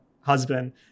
husband